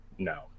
No